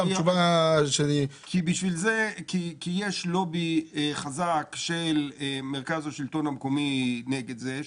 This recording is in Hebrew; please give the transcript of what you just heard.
כי יש לובי חזק של מרכז השלטון המקומי נגד זה.